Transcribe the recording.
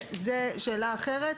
זאת שאלה אחרת.